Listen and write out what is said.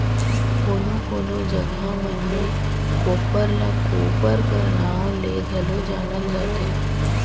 कोनो कोनो जगहा मन मे कोप्पर ल कोपर कर नाव ले घलो जानल जाथे